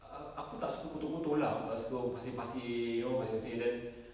err aku tak suka kotor-kotor lah aku tak suka pasir-pasir you know pasir-pasir then